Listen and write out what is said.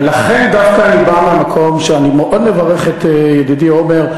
ולכן דווקא אני בא מהמקום שאני מאוד מברך את ידידי עמר,